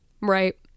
right